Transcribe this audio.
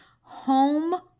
home